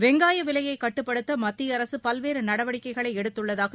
வெங்காய விலையை கட்டுப்படுத்த மத்திய அரசு பல்வேறு நடவடிக்கைகளை எடுத்துள்ளதாக